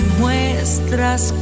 muestras